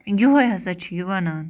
یِہَے ہسا چھُ یہِ وَنان